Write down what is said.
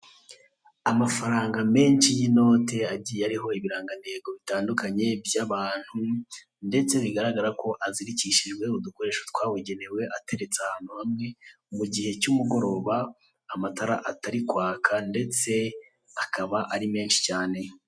Amafaranga menshi y'inote agiye ariho ibiranganeho bitandukanye by'abantu ndetse bigaragara ko azirikishijwe udukoresho twabugenewe ateretse ahantu hamwe mu gihe cy'umugoroba amatara atari kwaka ndetse akaba ari menshi cyane.